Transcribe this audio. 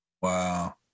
Wow